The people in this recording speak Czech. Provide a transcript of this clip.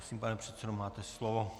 Prosím, pane předsedo, máte slovo.